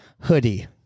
hoodie